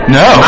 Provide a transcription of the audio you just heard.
no